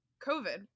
COVID